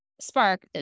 spark